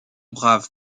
brave